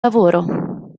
lavoro